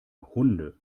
hunde